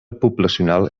poblacional